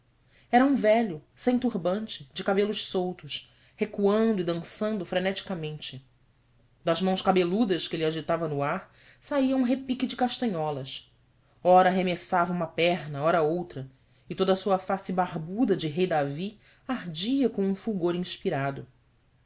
era um velho sem turbante de cabelos soltos recuando e dançando freneticamente das mãos cabeludas que ele agitava no ar saía um repique de castanholas ora arremessava uma perna ora outra e toda a sua face barbuda de rei davi ardia com um fulgor inspirado